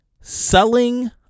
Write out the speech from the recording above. selling